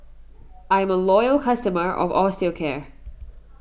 I'm a loyal customer of Osteocare